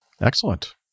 excellent